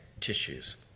tissues